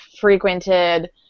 frequented